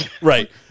Right